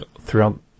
throughout